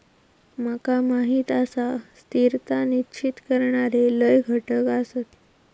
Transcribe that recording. माका माहीत आसा, स्थिरता निश्चित करणारे लय घटक आसत